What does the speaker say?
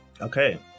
okay